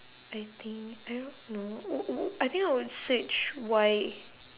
I think I don't know w~ w~ w~ I think I would search why